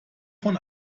von